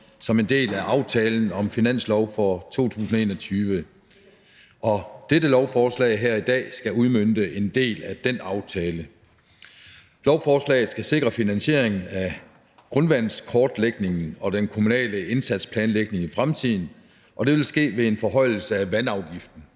som en del af aftalen om finanslov for 2021. Lovforslaget her i dag skal udmønte en del af den aftale. Lovforslaget skal sikre finansiering af grundvandskortlægningen og den kommunale indsatsplanlægning i fremtiden, og det vil ske ved en forhøjelse af vandafgiften.